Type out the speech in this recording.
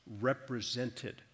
represented